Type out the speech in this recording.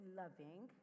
loving